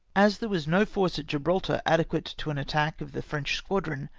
as there was no force at gibraltar adequate to an attack of the french squadron,